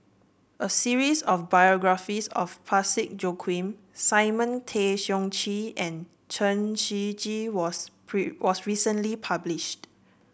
a series of biographies about Parsick Joaquim Simon Tay Seong Chee and Chen Shiji was was recently published